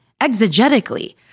exegetically